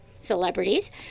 Celebrities